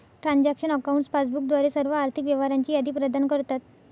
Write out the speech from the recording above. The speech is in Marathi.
ट्रान्झॅक्शन अकाउंट्स पासबुक द्वारे सर्व आर्थिक व्यवहारांची यादी प्रदान करतात